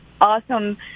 awesome